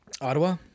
Ottawa